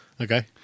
Okay